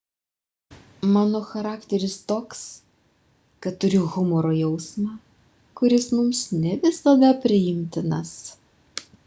mano charakteris toks kad turiu humoro jausmą kuris mums ne visada priimtinas